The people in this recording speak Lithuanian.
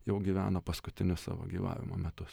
jau gyveno paskutinius savo gyvavimo metus